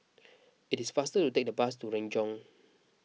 it is faster to take the bus to Renjong